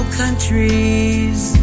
countries